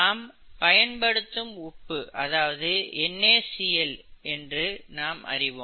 நாம் பயன்படுத்தும் உப்பு NaCl என்று நாம் அறிவோம்